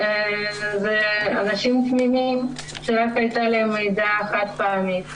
כאנשים תמימים שרק הייתה להם מעידה חד פעמית,